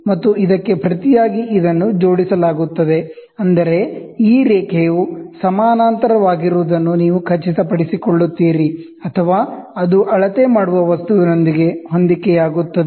ಮತ್ತು ಇದಕ್ಕೆ ಪ್ರತಿಯಾಗಿ ಇದನ್ನು ಜೋಡಿಸಲಾಗುತ್ತದೆ ಅಂದರೆ ಈ ರೇಖೆಯು ಪ್ಯಾರಲಲ್ ಆಗಿರುವುದನ್ನು ನೀವು ಖಚಿತಪಡಿಸಿಕೊಳ್ಳುತ್ತೀರಿ ಅಥವಾ ಅದು ಅಳತೆ ಮಾಡುವ ವಸ್ತುವಿನೊಂದಿಗೆ ಕೋಇನ್ಸಿಡೆನ್ಸ್ ಆಗುತ್ತದೆ